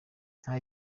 nta